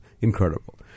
Incredible